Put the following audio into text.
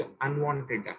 unwanted